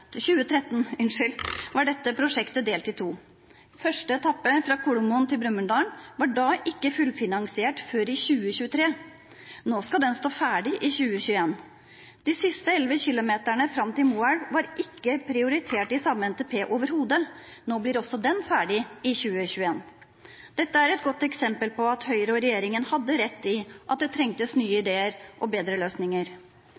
2013, var dette prosjektet delt i to. Første etappe, fra Kolomoen til Brumunddal, var da ikke beregnet fullfinansiert før i 2023. Nå skal den stå ferdig i 2021. De siste elleve kilometerne fram til Moelv var ikke prioritert i den samme NTP-en overhodet. Nå blir også den ferdig i 2021. Dette er et godt eksempel på at Høyre og regjeringen hadde rett i at det trengtes nye